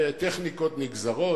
בטכניקות נגזרות,